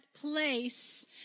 place